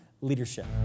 leadership